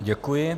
Děkuji.